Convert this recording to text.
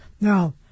now